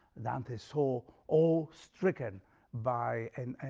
dante saw all stricken by and